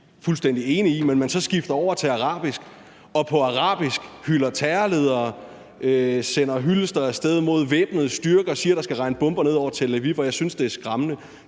fuldstændig enig i, men at man så skifter over til arabisk og på arabisk hylder terrorledere, sender hyldester af sted mod væbnede styrker og siger, at der skal regne bomber ned over Tel Aviv. Jeg synes, det er skræmmende,